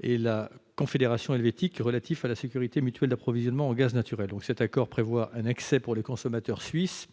et la Confédération helvétique relatif à la sécurité mutuelle d'approvisionnement en gaz naturel. Cet accord prévoit un accès pour les consommateurs suisses